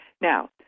Now